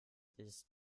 ist